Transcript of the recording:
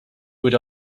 would